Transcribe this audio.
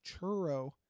churro